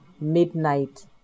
midnight